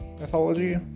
mythology